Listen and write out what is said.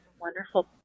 wonderful